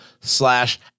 slash